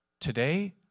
Today